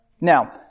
Now